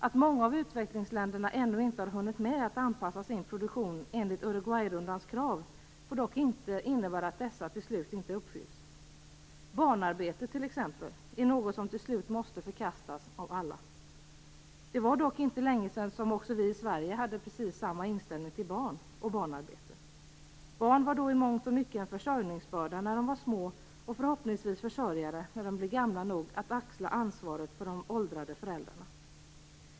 Att många av utvecklingsländerna ännu inte har hunnit med att anpassa sin produktion enligt Uruguayrundans krav får dock inte innebära att dessa till slut inte uppfylls. Barnarbete t.ex. är något som till slut måste förkastas av alla. Det var dock inte länge sedan som också vi i Sverige hade precis samma inställning till barn och barnarbete. Barn var då i mångt och mycket en försörjningsbörda när de var små och förhoppningsvis försörjare när de blev gamla nog att axla ansvaret för de åldrande föräldrarna.